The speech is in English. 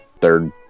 third